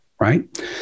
Right